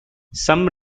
some